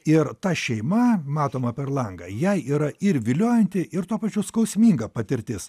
ir ta šeima matoma per langą jai yra ir viliojanti ir tuo pačiu skausminga patirtis